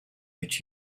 which